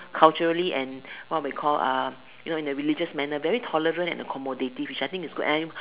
culturally and what we call uh you know in a religious manner very tolerant and accommodative which I think is good and